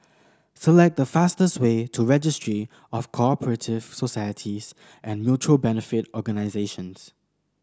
select the fastest way to Registry of Co Operative Societies and Mutual Benefit Organisations